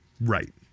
Right